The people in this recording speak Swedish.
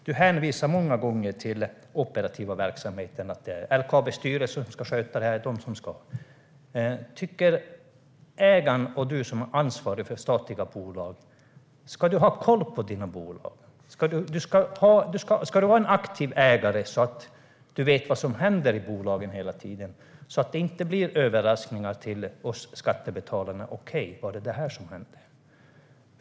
Du hänvisar många gånger till den operativa verksamheten, att LKAB:s styrelse ska sköta detta. Tycker ägaren och du som har ansvaret för statliga bolag att du ska ha koll på dina bolag? Ska du vara en aktiv ägare, så att du hela tiden vet vad som händer i bolagen, så att det inte blir överraskningar för oss skattebetalare, så att vi undrar vad som hände?